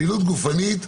הפעילות גופנית,